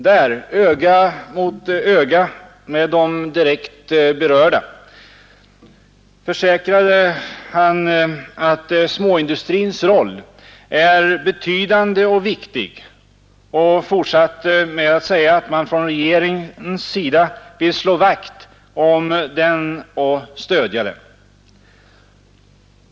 Där, öga mot öga med de direkt berörda, försäkrade han att småindustrins roll är betydande och viktig och fortsatte med att säga att man från regeringens sida vill slå vakt om småindustrin och stödja den.